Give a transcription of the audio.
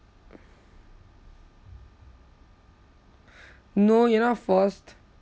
no you're not forced